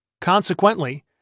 Consequently